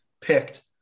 picked